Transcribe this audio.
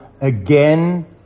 again